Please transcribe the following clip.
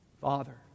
Father